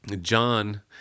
John